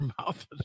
mouth